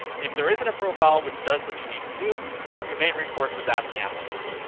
if there isn't a profile which does what you need to do, well your main recourse is asking apple for one.